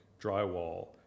Drywall